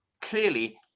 clearly